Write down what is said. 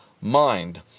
mind